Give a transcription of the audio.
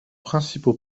principaux